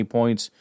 points